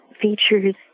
features